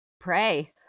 Pray